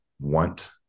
want